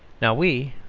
now we,